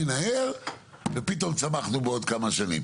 והנה פתאום צמחנו בעוד כמה שנים,